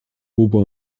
ober